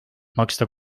maksta